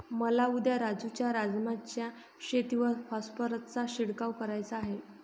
मला उद्या राजू च्या राजमा च्या शेतीवर फॉस्फरसचा शिडकाव करायचा आहे